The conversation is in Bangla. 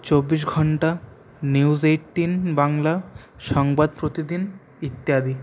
চব্বিশ ঘণ্টা নিউজ এইটটিন বাংলা সংবাদ প্রতিদিন ইত্যাদি